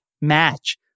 match